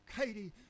Katie